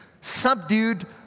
subdued